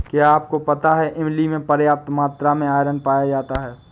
क्या आपको पता है इमली में पर्याप्त मात्रा में आयरन पाया जाता है?